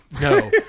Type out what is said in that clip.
No